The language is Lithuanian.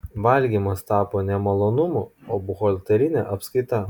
valgymas tapo ne malonumu o buhalterine apskaita